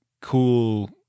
cool